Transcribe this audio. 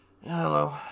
Hello